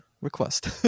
request